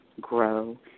grow